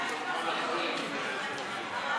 מס'